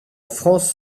france